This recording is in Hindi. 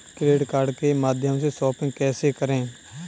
क्रेडिट कार्ड के माध्यम से शॉपिंग कैसे करें?